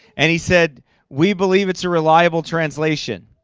and he said we believe it's a reliable translation.